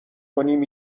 کنیم